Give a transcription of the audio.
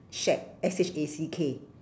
shack S H A C K